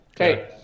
Okay